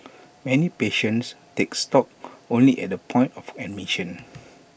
many patients take stock only at the point of admission